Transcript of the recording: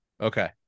Okay